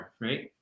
right